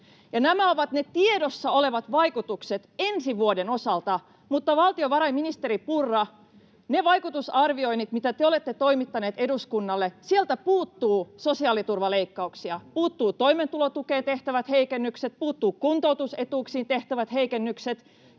nämä ovat ne tiedossa olevat vaikutukset ensi vuoden osalta, mutta, valtiovarainministeri Purra, niistä vaikutusarvioinneista, mitä te olette toimittaneet eduskunnalle, puuttuu sosiaaliturvaleikkauksia, sieltä puuttuu toimeentulotukeen tehtävät heikennykset, puuttuu kuntoutusetuuksiin tehtävät heikennykset